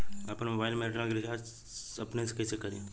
आपन मोबाइल में एयरटेल के रिचार्ज अपने से कइसे करि?